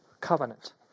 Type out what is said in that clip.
covenant